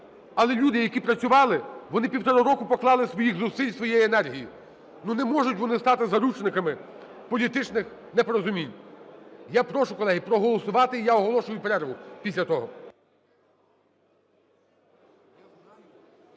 але люди, які працювали, вони півтора роки поклали своїх зусиль, своєї енергії, ну, не можуть вони стати заручниками політичних непорозумінь. Я прошу, колеги, проголосувати, і я оголошую перерву після того.